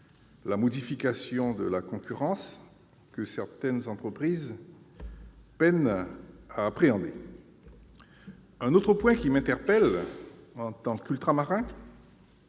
la modification de la concurrence, que certaines entreprises peinent à appréhender. En outre, en tant qu'Ultramarin,